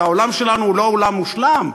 והעולם שלנו הוא לא עולם מושלם,